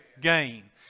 gain